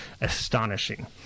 astonishing